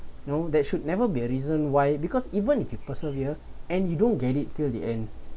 no that should never be a reason why because even if you persevere and you don't get it till the end